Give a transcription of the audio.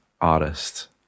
artist